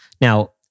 Now